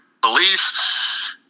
beliefs